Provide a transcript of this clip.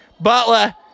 Butler